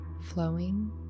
Flowing